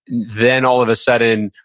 then all of a sudden,